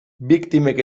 biktimek